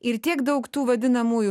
ir tiek daug tų vadinamųjų